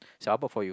so how about for you